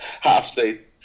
Half-season